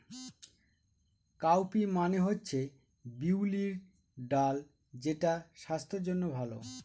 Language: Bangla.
কাউপি মানে হচ্ছে বিউলির ডাল যেটা স্বাস্থ্যের জন্য ভালো